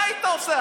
מה היית עושה?